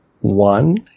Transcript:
one